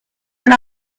and